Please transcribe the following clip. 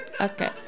Okay